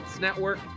Network